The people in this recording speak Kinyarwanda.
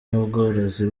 n’ubworozi